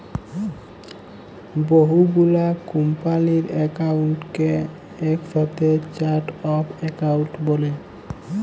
বহু গুলা কম্পালির একাউন্টকে একসাথে চার্ট অফ একাউন্ট ব্যলে